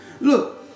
Look